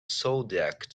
zodiac